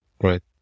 Right